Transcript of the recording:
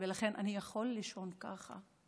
ולכן אני יכול לישון ככה.